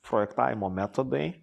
projektavimo metodai